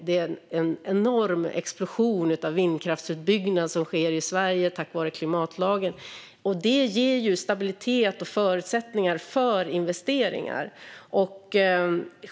Det är en enorm explosion av vindkraftsutbyggnad som sker i Sverige tack vare klimatlagen. Detta ger stabilitet och förutsättningar för investeringar.